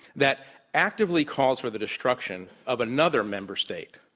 that actively calls for the destruction of another member state